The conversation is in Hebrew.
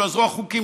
לא יעזרו החוקים,